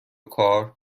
کار